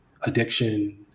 addiction